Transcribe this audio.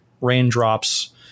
raindrops